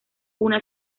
una